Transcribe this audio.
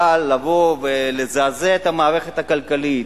אבל לבוא ולזעזע את המערכת הכלכלית,